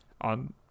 On